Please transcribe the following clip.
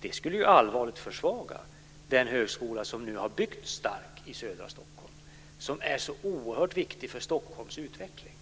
Det skulle allvarligt försvaga den högskola som nu har byggts stark i södra Stockholm och som är så oerhört viktig för Stockholms utveckling.